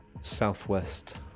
southwest